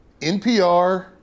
NPR